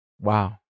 Wow